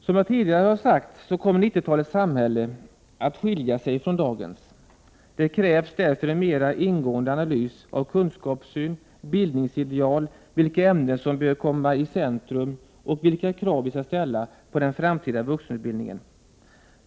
Som jag tidigare har sagt kommer 90-talets samhälle att skilja sig från dagens. Det krävs därför en mera ingående analys av kunskapssyn, bildningsideal, vilka ämnen som bör komma i centrum och vilka krav vi skall ställa på den framtida vuxenutbildningen.